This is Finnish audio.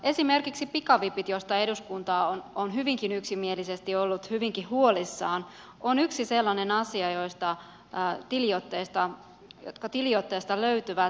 esimerkiksi pikavipit joista eduskunta on hyvinkin yksimielisesti ollut hyvinkin huolissaan ovat yksi sellainen asia jotka tiliotteesta löytyvät